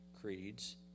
creeds